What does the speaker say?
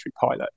pilot